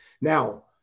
Now